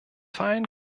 fallen